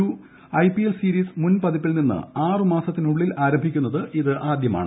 ഒരു IPL series മുൻ പതിപ്പിൽ നിന്ന് ആറുമാസത്തിനുള്ളിൽ ആരംഭിക്കുന്നത് ഇതാദ്യമാണ്